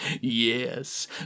Yes